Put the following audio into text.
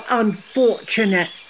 unfortunate